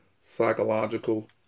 psychological